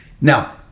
Now